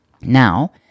Now